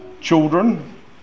children